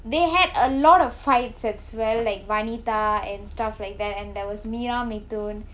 they had a lot of fights as well like vanitha and stuff like that and there was meera mithun